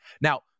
Now